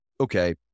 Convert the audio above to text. okay